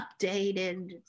updated